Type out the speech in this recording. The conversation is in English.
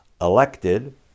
elected